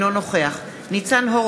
אינו נוכח משה גפני,